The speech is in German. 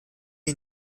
die